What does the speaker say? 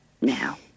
now